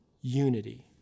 unity